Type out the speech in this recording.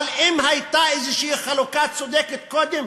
אבל אם הייתה איזושהי חלוקה צודקת קודם,